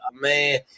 man